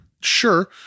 sure